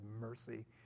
mercy